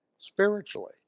Spiritually